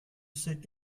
sit